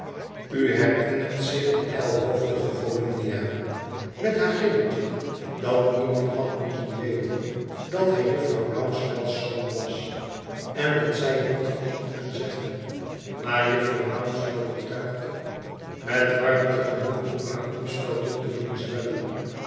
nu herinnert zich de ijlhoofdige volumnia met haar gilletje dat niemand had moeten weten dat hij jufvrouw rouncewell's zoon was en dat zij het niet had moeten zeggen maar jufvrouw rouncewell betuigt met warmte genoeg om haar omspeldoek te doen zwellen